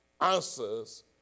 answers